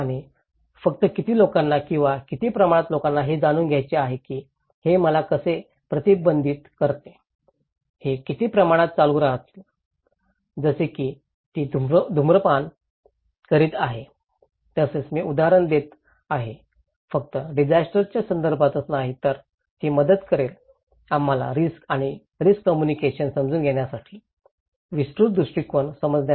आणि फक्त किती लोकांना किंवा किती प्रमाणात लोकांना हे जाणून घ्यायचे आहे की हे मला कसे प्रतिबंधित करते हे किती प्रमाणात चालू राहील जसे की ती धूम्रपान करीत आहे तसेच मी उदाहरणे देत आहे फक्त डिजास्टरच्या संदर्भातच नाही तर ती मदत करेल आम्हाला रिस्क आणि रिस्क कम्युनिकेशन समजून घेण्यासाठी विस्तृत दृष्टीकोन समजण्यासाठी